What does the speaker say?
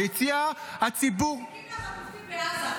ביציע הציבור --- אתם מזיקים לחטופים בעזה,